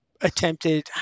attempted